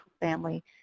family